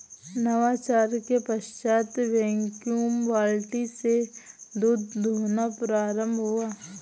नवाचार के पश्चात वैक्यूम बाल्टी से दूध दुहना प्रारंभ हुआ